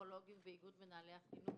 הפסיכולוגים ואיגוד מנהלי החינוך,